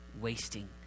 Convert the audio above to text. wasting